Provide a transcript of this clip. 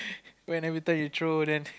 when everytime you throw then